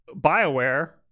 BioWare